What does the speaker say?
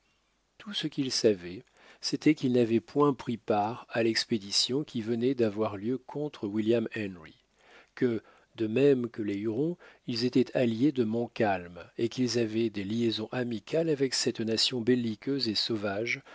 tout ce qu'il savait c'était qu'ils n'avaient point pris part à l'expédition qui venait d'avoir lieu contre william henry que de même que les hurons ils étaient alliés de montcalm et quils avaient des liaisons amicales avec cette nation belliqueuse et sauvage